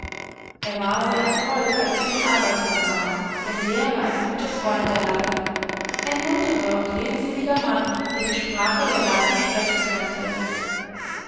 er war sehr erfreut als er den arbeiter sah denn der war ein guter freund der lappen ein munterer und redseliger mann der die sprache der lappen sprechen konnte